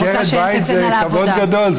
אז עקרת בית זה כבוד גדול,